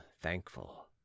thankful